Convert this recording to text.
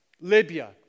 Libya